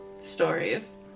stories